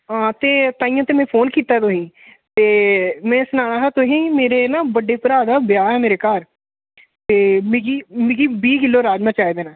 आं ते ताइयैं ते में फोन कीता ऐ तुसें ईतें में सनाना हा तुहें ई मेरे न बडंडे भ्राऽ दा ब्याह् ऐ मेरे घर ते मिगी मिगी बीह् किलो राजमां चाहिदे न